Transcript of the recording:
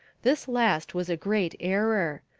this last was a great error.